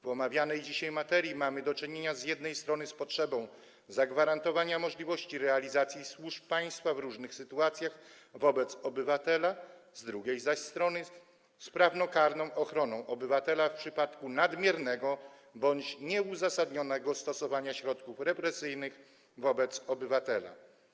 W omawianej dzisiaj materii mamy do czynienia z jednej strony z potrzebą zagwarantowania możliwości realizacji służb państwa w różnych sytuacjach wobec obywatela, z drugiej zaś strony - z prawnokarną ochroną obywatela w przypadku nadmiernego bądź nieuzasadnionego stosowania środków represyjnych wobec obywatela.